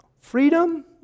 freedom